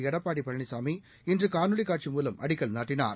எடப்பாடி பழனிசாமி இன்று காணொலி காட்சி மூலம் அடிக்கல் நாட்டினார்